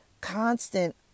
constant